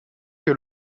que